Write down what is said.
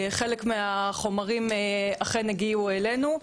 חלק מהחומרים אכן הגיעו אלינו.